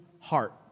heart